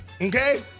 Okay